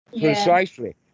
Precisely